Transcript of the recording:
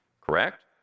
Correct